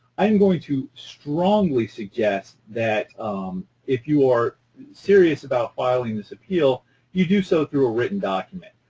i am going to strongly suggest that if you are serious about filing this appeal you do so through a written document.